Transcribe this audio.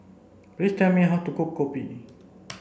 please tell me how to cook Kopi